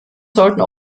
sollten